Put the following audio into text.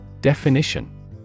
Definition